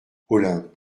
olympe